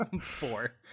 Four